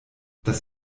das